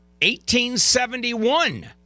1871